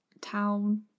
town